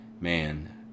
man